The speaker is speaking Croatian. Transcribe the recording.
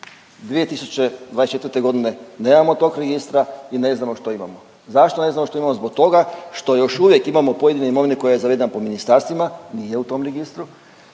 2024.g. nemamo tog registra i ne znamo što imamo. Zašto ne znamo što imamo? Zbog toga što još uvijek imamo pojedine imovine koja je zavedena po ministarstvima, nije u tom registru,